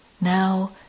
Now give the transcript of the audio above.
Now